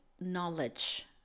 knowledge